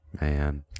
Man